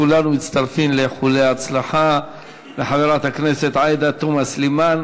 כולנו מצטרפים לאיחולי ההצלחה לחברת הכנסת עאידה תומא סלימאן,